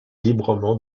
librement